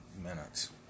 minutes